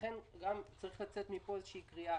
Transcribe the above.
לכן צריכה לצאת מפה קריאה,